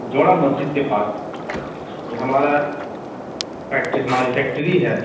جوڑا مسجد کے پاس یہ ہمارا فیکٹری ہماری فیکٹری ہے